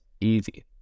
easy